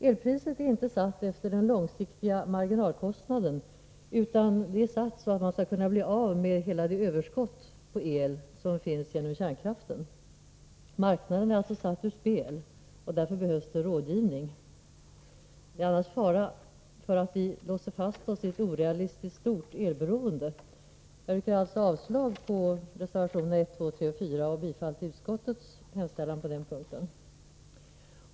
Elpriset är inte satt efter den långsiktiga marginalkostnaden utan så att man skall kunna bli av med hela det överskott på el som finns genom kärnkraften. Marknaden är alltså satt ur spel. Därför behövs rådgivning. Det är annars fara för att vi låser fast oss i ett orealistiskt stort elberoende. Jag yrkar alltså avslag på reservationerna 1, 2, 3 och 4 och bifall till utskottets hemställan på den punkten.